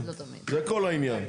זה כל העניין.